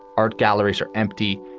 art galleries are empty.